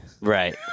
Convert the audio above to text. Right